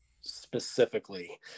specifically